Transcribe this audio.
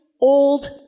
old